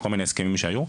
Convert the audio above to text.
ולכל מיני הסכמים שהיו,